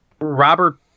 Robert